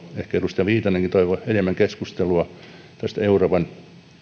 ehkä edustaja viitanenkin toivoivat enemmän keskustelua näistä euroopan